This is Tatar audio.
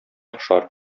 охшар